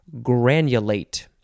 granulate